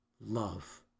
love